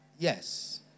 Yes